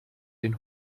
den